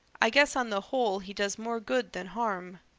i guess on the whole he does more good than harm.